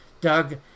Doug